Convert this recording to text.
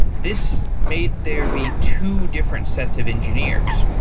this made there be two different sets of engineers,